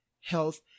health